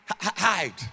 hide